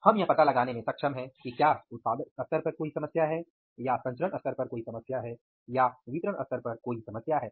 हम यह पता लगाने में सक्षम हैं कि क्या उत्पादन स्तर पर कोई समस्या है या संचरण स्तर पर कोई समस्या है या वितरण स्तर पर कोई समस्या है